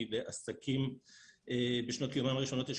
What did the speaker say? כי בעסקים שבשנות קיומם הראשונות יש